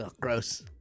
gross